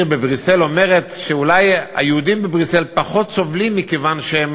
בבריסל אומרת שאולי היהודים בבריסל פחות סובלים מכיוון שהם